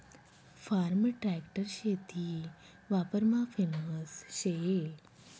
form tractor शेती वापरमा famous शे